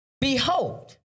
Behold